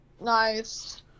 Nice